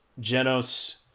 Genos